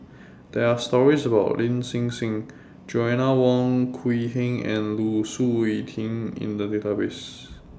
There Are stories about Lin Hsin Hsin Joanna Wong Quee Heng and Lu Suitin in The Database